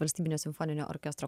valstybinio simfoninio orkestro